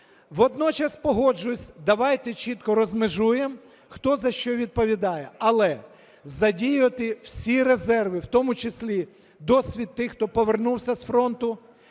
Водночас погоджусь, давайте чітко розмежуємо, хто за що відповідає, але задіяти всі резерви, в тому числі досвід тих, хто повернувся з фронту.